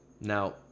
Now